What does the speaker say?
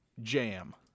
Jam